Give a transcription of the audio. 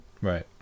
Right